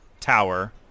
Tower